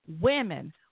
women